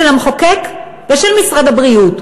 של המחוקק ושל משרד הבריאות,